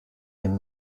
dem